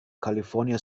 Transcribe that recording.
california